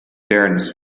ternos